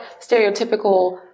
stereotypical